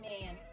man